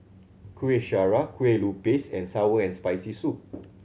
Kuih Syara Kueh Lupis and sour and Spicy Soup